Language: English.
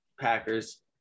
Packers